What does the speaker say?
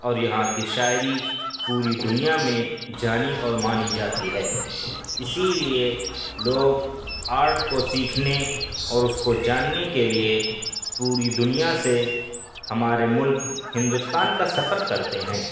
اور یہاں کی شاعری پوری دنیا میں جانی اور مانی جاتی ہے اسی لیے لوگ آرٹ کو سیکھنے اور اس کو جاننے کے لیے پوری دنیا سے ہمارے ملک ہندوستان کا سفر کرتے ہیں